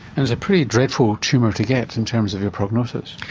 and it's a pretty dreadful tumour to get in terms of your prognosis.